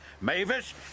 Mavis